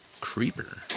Creeper